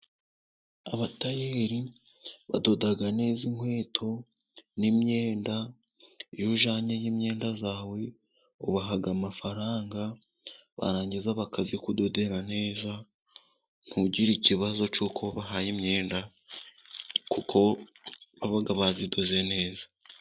Abatayeri badoda neza inkweto n'imyenda, iyo ujyanyeyo imyenda yawe ubaha amafaranga, barangiza bakayikudodera neza, ntugire ikibazo cyuko ubahaye imyenda, kuko baba bayidoze neza.